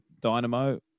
Dynamo